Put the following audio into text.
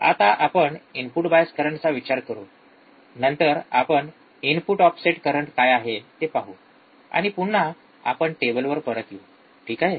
आता आपण input bias करंटचा विचार करू नंतर आपण इनपुट ऑफसेट करंट काय आहे ते पाहू आणि पुन्हा आपण टेबलवर परत येऊ ठीक आहे